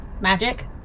magic